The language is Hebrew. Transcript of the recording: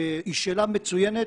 היא שאלה מצוינת.